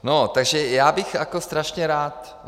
No, takže já bych jako strašně rád.